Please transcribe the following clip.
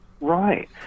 Right